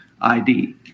ID